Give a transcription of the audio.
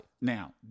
Now